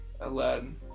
Aladdin